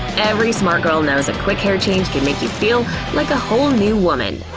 every smart girl knows a quick hair change can make you feel like a whole new woman!